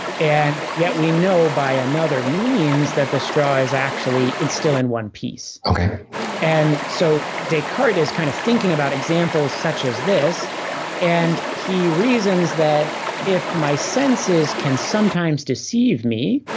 and yet we know by another means that the straw is actually, it's still in one piece. and so descartes is kind of thinking about examples such as this and he reasons that if my senses can sometimes deceive me,